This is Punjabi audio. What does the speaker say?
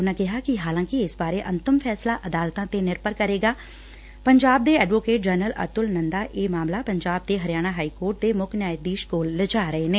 ਉਨੂਾ ਕਿਹਾ ਕਿ ਹਾਲਾਂਕਿ ਇਸ ਬਾਰੇ ਅੰਤਮ ਫੈਸਲਾ ਅਦਾਲਤਾਂ ਤੇ ਨਿਰਭਰ ਕਰੇਗਾ ਪੰਜਾਬ ਦੇ ਐਡਵੋਕੇਟ ਜਨਰਲ ਅਤੁਲ ਨੰਦਾ ਇਹ ਮਾਮਲਾ ਪੰਜਾਬ ਅਤੇ ਹਰਿਆਣਾ ਹਾਈ ਕੋਰਟ ਦੇ ਮੁੱਖ ਨਿਆਂਧੀਸ਼ ਕੋਲ ਲਿਜਾ ਰਹੇ ਨੇ